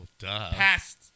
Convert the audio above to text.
past